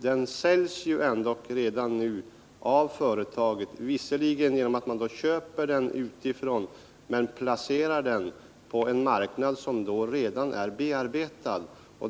Den säljs ju redan nu av företaget — visserligen genom att man köper den utifrån — och den placeras alltså på en marknad som redan är bearbetad.